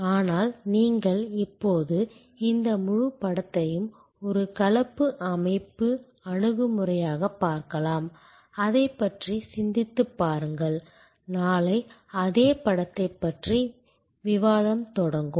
ஆனால் நீங்கள் இப்போது இந்த முழுப் படத்தையும் ஒரு கலப்பு அமைப்பு அணுகுமுறையாகப் பார்க்கலாம் அதைப் பற்றி சிந்தித்துப் பாருங்கள் நாளை அதே படத்தைப் பற்றிய விவாதம் தொடங்கும்